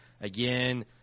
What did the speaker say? Again